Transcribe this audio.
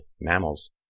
mammals